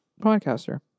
podcaster